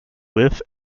with